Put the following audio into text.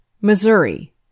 Missouri